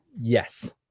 Yes